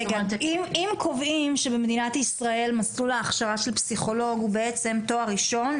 אם קובעים שבמדינת ישראל מסלול ההכשרה של פסיכולוג הוא תואר ראשון,